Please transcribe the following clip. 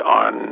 on